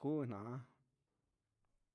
kuu na'a.